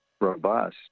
robust